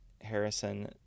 Harrison